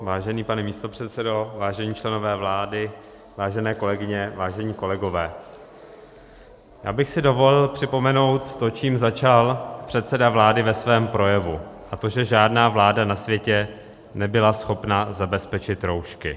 Vážený pane místopředsedo, vážení členové vlády, vážené kolegyně, vážení kolegové, já bych si dovolil připomenout to, čím začal předseda vlády ve svém projevu, a to že žádná vláda na světě nebyla schopna zabezpečit roušky.